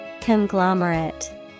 Conglomerate